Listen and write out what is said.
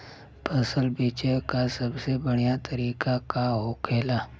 फसल बेचे का सबसे बढ़ियां तरीका का होखेला?